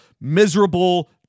miserable